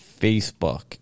Facebook